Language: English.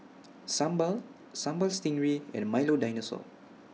Sambal Sambal Stingray and Milo Dinosaur